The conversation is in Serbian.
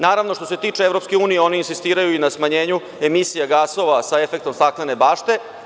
Naravno, što se tiče EU, oni insistiraju i na smanjenju emisija gasova sa efektom staklene bašte.